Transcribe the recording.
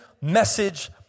message